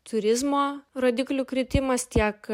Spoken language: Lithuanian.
turizmo rodiklių kritimas tiek